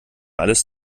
alles